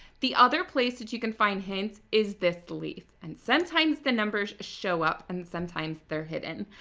the other place that you can find hints, is this leaf. and sometimes the numbers show up and sometimes they're hidden.